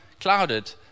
clouded